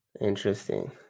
Interesting